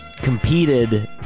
competed